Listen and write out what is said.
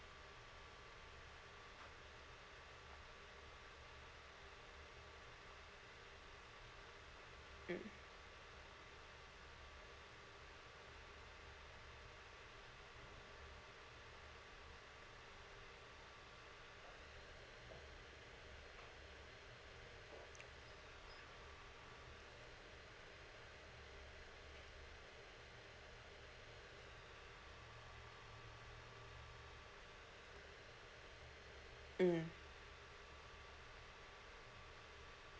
mm mm